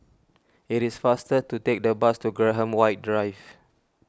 it is faster to take the bus to Graham White Drive